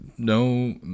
No